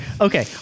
Okay